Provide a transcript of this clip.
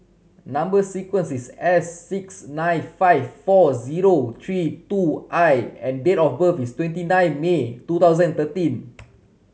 number sequence is S six nine five four zero three two I and date of birth is twenty nine May two thousand thirteen